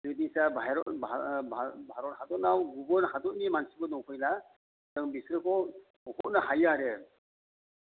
जुदिथा भारत भारत हादरआव गुबुन हादरनि मानसिफोर दंफैयोब्ला जों बिसोरखौ होहरनो हायो आरो